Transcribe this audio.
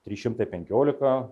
trys šimtai penkiolika